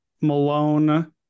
Malone